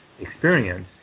experience